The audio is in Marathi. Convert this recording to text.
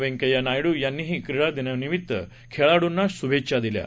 व्यंकय्या नायडू यांनीही क्रीडा दिनानिमित्त खेळाडुंना शुभेच्छा दिल्या आहेत